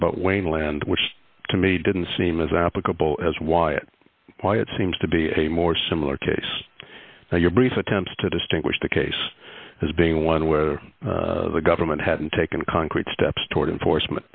about wayne land which to me didn't seem as applicable as why it why it seems to be a more similar case that your brief attempts to distinguish the case as being one where the government hadn't taken concrete steps toward enforcement